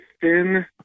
thin –